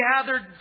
gathered